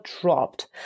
dropped